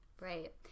Right